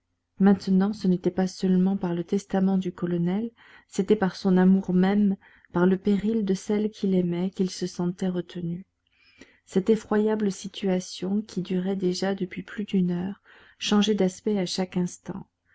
maintenant ce n'était pas seulement par le testament du colonel c'était par son amour même par le péril de celle qu'il aimait qu'il se sentait retenu cette effroyable situation qui durait déjà depuis plus d'une heure changeait d'aspect à chaque instant